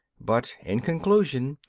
but, in conclusion,